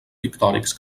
pictòrics